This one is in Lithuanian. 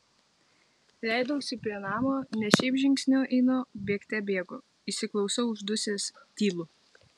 leidausi prie namo ne šiaip žingsniu einu bėgte bėgu įsiklausau uždusęs tylu